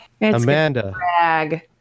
Amanda